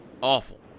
awful